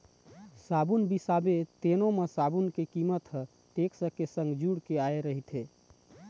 साबून बिसाबे तेनो म साबून के कीमत ह टेक्स के संग जुड़ के आय रहिथे